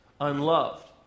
unloved